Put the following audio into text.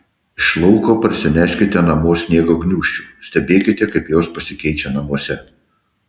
iš lauko parsineškite namo sniego gniūžčių stebėkite kaip jos pasikeičia namuose